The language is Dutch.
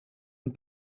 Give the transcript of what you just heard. een